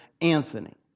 Anthony